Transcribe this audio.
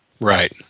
Right